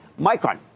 Micron